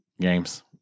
Games